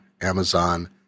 Amazon